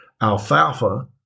alfalfa